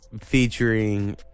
featuring